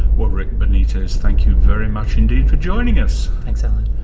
well rick benitez, thank you very much indeed for joining us. thanks, alan.